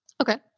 Okay